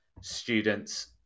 students